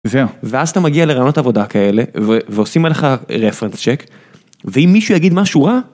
זהו ואז אתה מגיע לרעיונות עבודה כאלה ועושים עליך reference check ואם מישהו יגיד משהו רע.